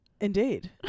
indeed